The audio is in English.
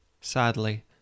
Sadly